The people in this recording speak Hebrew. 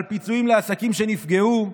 על פיצויים לעסקים שנפגעו.